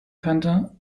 könnte